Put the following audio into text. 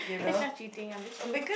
that's not cheating I'm just too